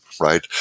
right